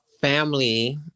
family